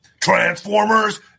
Transformers